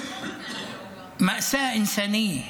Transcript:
(אומר בערבית: טרגדיה אנושית.)